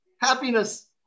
happiness